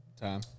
time